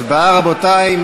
הצבעה, רבותי.